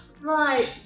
Right